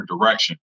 direction